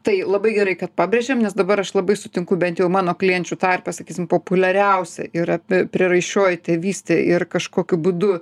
tai labai gerai kad pabrėžėm nes dabar aš labai sutinku bent jau mano klienčių tarpe sakysim populiariausia yra prieraišioji tėvystė ir kažkokiu būdu